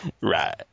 Right